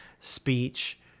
speech